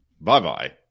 Bye-bye